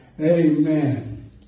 Amen